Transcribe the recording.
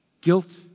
Guilt